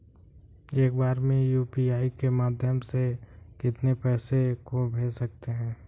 एक बार में यू.पी.आई के माध्यम से कितने पैसे को भेज सकते हैं?